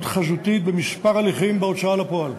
חזותית בכמה הליכים בהוצאה לפועל.